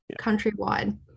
countrywide